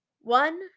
one